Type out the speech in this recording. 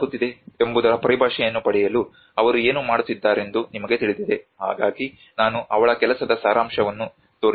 ಏನಾಗುತ್ತಿದೆ ಎಂಬುದರ ಪರಿಭಾಷೆಯನ್ನು ಪಡೆಯಲು ಅವರು ಏನು ಮಾತನಾಡುತ್ತಿದ್ದಾರೆಂದು ನಿಮಗೆ ತಿಳಿದಿದೆ ಹಾಗಾಗಿ ನಾನು ಅವಳ ಕೆಲಸದ ಸಾರಾಂಶವನ್ನು ತೋರಿಸುತ್ತಿದ್ದೇನೆ